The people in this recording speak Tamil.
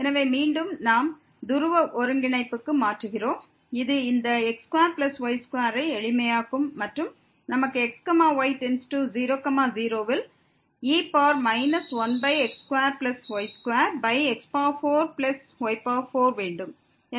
எனவே மீண்டும் நாம் துருவ ஒருங்கிணைப்புக்கு மாற்றுகிறோம் இது இந்த x2y2 ஐ எளிமையாக்கும் மற்றும் நமக்கு x y→0 0 ல் e 1x2y2x4y4 வேண்டும்